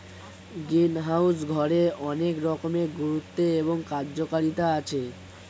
greenhouse ঘরের অনেক রকমের গুরুত্ব এবং কার্যকারিতা আছে